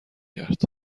کرد